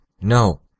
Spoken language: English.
No